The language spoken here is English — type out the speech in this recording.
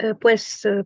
pues